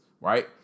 right